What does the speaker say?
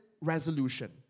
resolution